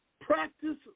practice